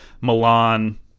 Milan